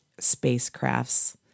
spacecrafts